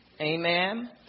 Amen